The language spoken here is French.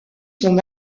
son